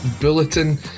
bulletin